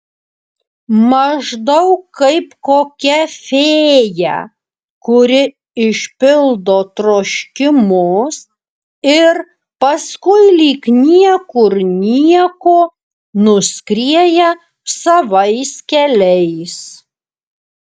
maždaug kaip kokia fėja kuri išpildo troškimus ir paskui lyg niekur nieko nuskrieja savais keliais